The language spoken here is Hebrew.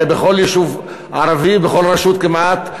הרי בכל יישוב ערבי, בכל רשות כמעט,